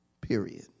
period